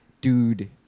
dude